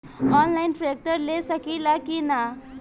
Online tractor ले सकीला कि न?